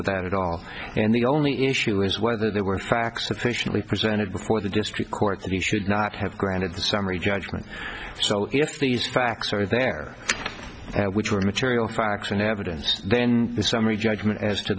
with that at all and the only issue is whether there were facts officially presented before the district court that you should not have granted the summary judgment so yes these facts are there which were material facts and evidence then the summary judgment as to